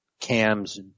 Cam's